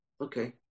Okay